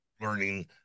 learning